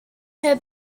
her